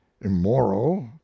immoral